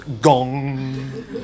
gong